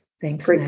thanks